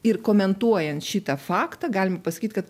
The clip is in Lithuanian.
ir komentuojant šitą faktą galima pasakyt kad